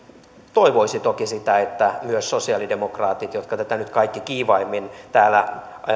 toivoisi toki sitä että myös sosialidemokraatit jotka tätä nyt kaikki kiivaimmin täällä